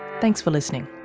thanks for listening